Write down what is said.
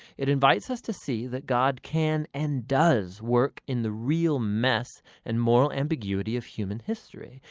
it invites us to see that god can and does work in the real mess and moral ambiguity of human history.